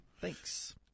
Thanks